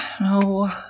no